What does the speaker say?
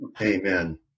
Amen